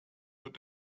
wird